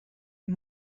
and